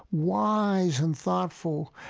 wise and thoughtful.